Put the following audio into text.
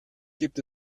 gibt